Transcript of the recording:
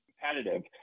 competitive